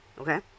Okay